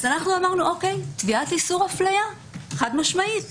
אמרנו: תביעת איסור אפליה, חד משמעית.